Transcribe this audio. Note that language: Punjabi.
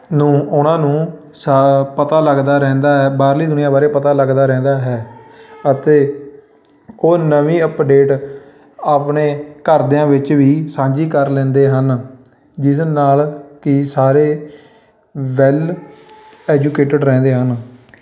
ਨੂੰ ਉਹਨਾਂ ਨੂੰ ਸਾ ਪਤਾ ਲੱਗਦਾ ਰਹਿੰਦਾ ਹੈ ਬਾਹਰਲੀ ਦੁਨੀਆਂ ਬਾਰੇ ਪਤਾ ਲੱਗਦਾ ਰਹਿੰਦਾ ਹੈ ਅਤੇ ਉਹ ਨਵੀਂ ਅਪਡੇਟ ਆਪਣੇ ਘਰਦਿਆਂ ਵਿੱਚ ਵੀ ਸਾਂਝੀ ਕਰ ਲੈਂਦੇ ਹਨ ਜਿਸ ਨਾਲ ਕਈ ਸਾਰੇ ਵੈੱਲ ਐਜੂਕੇਟਿਡ ਰਹਿੰਦੇ ਹਨ